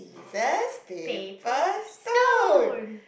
scissors paper stone